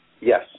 Yes